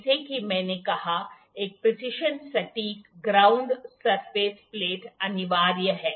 जैसा कि मैंने कहा एक प्रिसिशन सटीक ग्राउंड सरफेस प्लेट अनिवार्य है